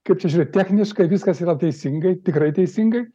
kaip čia žiūrėt techniškai viskas yra teisingai tikrai teisingai